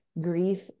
grief